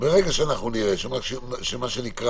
ואומרים שיש פעמים שנצטרך